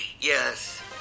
yes